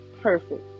Perfect